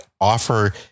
offer